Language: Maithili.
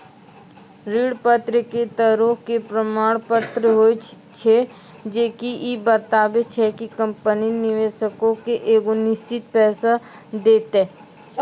ऋण पत्र एक तरहो के प्रमाण पत्र होय छै जे की इ बताबै छै कि कंपनी निवेशको के एगो निश्चित पैसा देतै